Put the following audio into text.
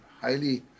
highly